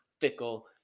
Fickle